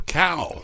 cow